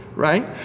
Right